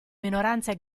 minoranze